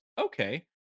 Okay